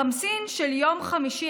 בחמסין של יום חמישי,